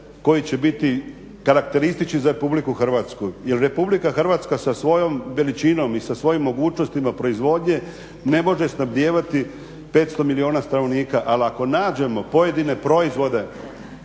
koji će biti karakteristični za RH jer RH sa svojom veličinom i sa svojim mogućnostima proizvodnje ne može snabdijevati 500 milijuna stanovnika, ali ako nađemo pojedine proizvode